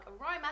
aroma